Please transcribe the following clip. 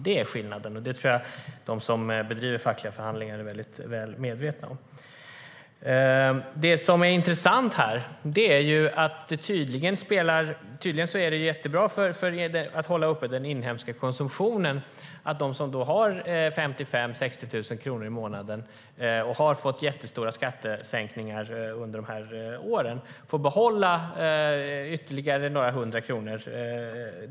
Det är skillnaden, och det tror jag att de som bedriver fackliga förhandlingar är väldigt väl medvetna om. Det som är intressant här är att det tydligen är jättebra för att hålla uppe den inhemska konsumtionen att de som har 55 000-60 000 kronor i månaden och har fått jättestora skattesänkningar under de här åren får behålla ytterligare några hundra kronor.